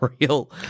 real